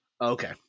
okay